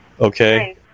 okay